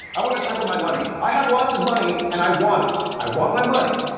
i wanna check on my money. i have lots of money and i want it. i want my money.